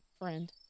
friend